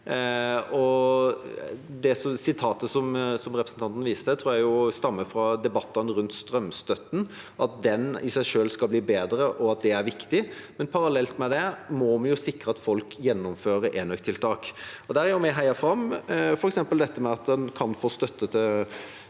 Sitatet som representanten viser til, tror jeg stammer fra debattene rundt strømstøtten, at den i seg selv skal bli bedre, og at det er viktig. Men parallelt med det må vi sikre at folk gjennomfører enøktiltak. De har vi heiet fram, f.eks. dette med at en kan få støtte til